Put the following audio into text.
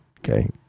Okay